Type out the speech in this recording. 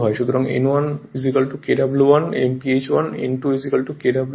সুতরাং N1 Kw1 Nph1 N2 Kw2 Nph 2 হবে